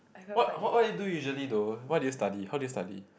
what what what do you do usually though what do you study how do you study